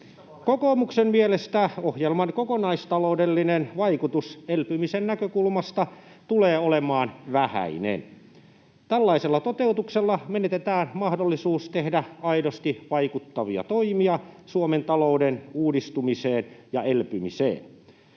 Kokoomuksen mielestä ohjelman kokonaistaloudellinen vaikutus elpymisen näkökulmasta tulee olemaan vähäinen. Tällaisella toteutuksella menetetään mahdollisuus tehdä aidosti vaikuttavia toimia Suomen talouden uudistumiseen ja elpymiseen.